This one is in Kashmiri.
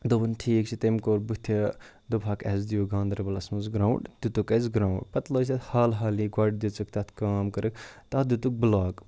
دوٚپُن ٹھیٖک چھِ تٔمۍ کوٚر بٔتھِ دوٚپہَکھ اَسہِ دِیِو گاندَربَلَس منٛز گرٛاوُنٛڈ دِتُکھ اَسہِ گرٛاوُنٛڈ پَتہٕ لٲج یَتھ حال حالٕے گۄڈٕ دِژٕکھ تَتھ کٲم کٔرٕکھ تَتھ دِتُکھ بٕلاک